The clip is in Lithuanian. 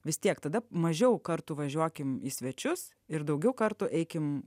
vis tiek tada mažiau kartu važiuokim į svečius ir daugiau kartų eikim